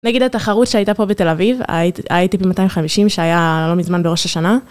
נגיד התחרות שהייתה פה בתל אביב, הייתי ב-250, שהיה לא מזמן בראש השנה.